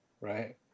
right